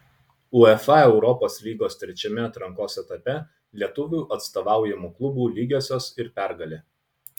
uefa europos lygos trečiame atrankos etape lietuvių atstovaujamų klubų lygiosios ir pergalė